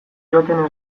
joaten